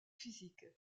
physiques